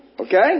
Okay